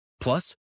plus